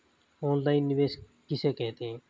Online निवेश किसे कहते हैं?